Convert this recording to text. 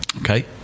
Okay